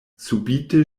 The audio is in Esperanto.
subite